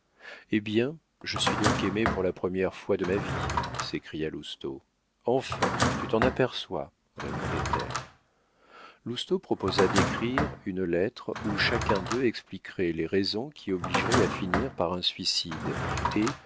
eh bien je suis donc aimé pour la première fois de ma vie s'écriait lousteau enfin tu t'en aperçois répondait-elle lousteau proposa d'écrire une lettre où chacun d'eux expliquerait les raisons qui l'obligeraient à finir par un suicide et